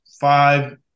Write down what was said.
five